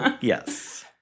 Yes